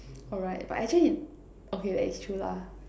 oh right but actually okay that is true lah